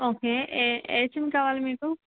okay ఏ ఏ SIM కావాలి మీకు